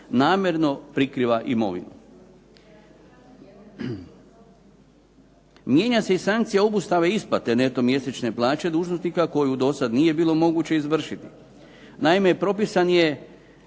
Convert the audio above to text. namjerno prikriva imovinu. Mijenja se i sankcija obustave isplate neto mjesečne plaće dužnosnika koju dosad nije bilo moguće izvršiti. Naime, propisan je